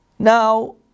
Now